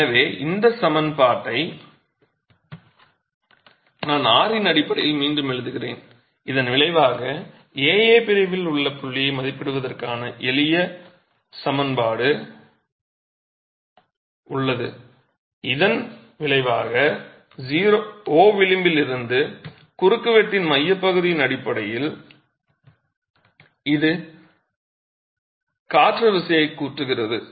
எனவே இந்த சமன்பாட்டை நான் r இன் அடிப்படையில் மீண்டும் எழுதுகிறேன் இதன் விளைவாக AA பிரிவில் உள்ள புள்ளியை மதிப்பிடுவதற்கான எளிய சமன்பாடு உள்ளது இதன் விளைவாக O விளிம்பில் இருந்து குறுக்குவெட்டின் மையப்பகுதியின் அடிப்படையில் இது காற்று விசையைக் கூட்டுகிறது